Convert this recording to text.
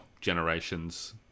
generation's